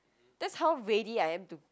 that's how ready I am to